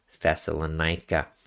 Thessalonica